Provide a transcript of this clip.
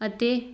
ਅਤੇ